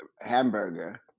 hamburger